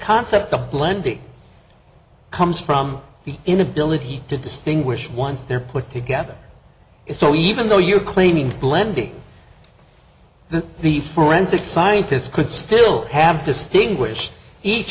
concept of blending comes from the inability to distinguish once they're put together is so even though you're claiming blending that the forensic scientists could still have distinguish each